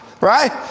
Right